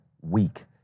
week